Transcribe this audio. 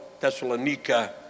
Thessalonica